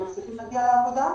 הם צריכים להגיע לעבודה,